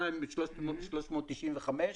2,395,